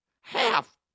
half